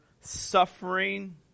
suffering